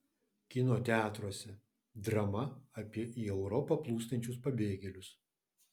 kino teatruose drama apie į europą plūstančius pabėgėlius